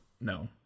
No